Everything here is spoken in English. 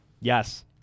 Yes